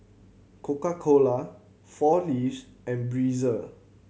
Coca Cola Four Leaves and Breezer